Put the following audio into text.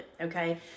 okay